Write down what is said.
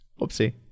Oopsie